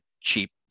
cheap